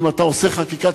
אם אתה עושה חקיקה,